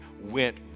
went